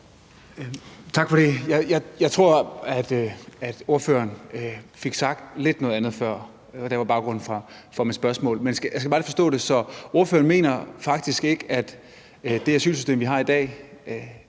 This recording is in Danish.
Tak for det. Jeg tror, at ordføreren fik sagt noget lidt andet før. Det var baggrunden for mit spørgsmål. Jeg skal bare lige forstå det: Så ordføreren mener faktisk ikke, at det asylsystem, vi har i dag,